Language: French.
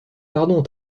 pardon